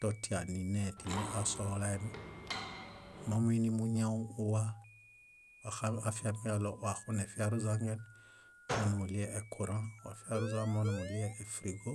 Totia nínee timi asohulaemi. Mómuinimuñauwa afiamiġaɭo waxunefiaruźanġen monimuɭie ekurã, wafiaruźa monimuɭie éfrigo,